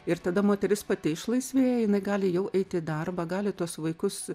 ir tada moteris pati išlaisvėja jinai gali jau eiti į darbą gali tuos vaikus